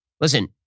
listen